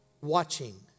watching